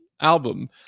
album